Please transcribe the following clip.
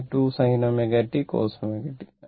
അതിനാൽ 2sin ω t cos ω t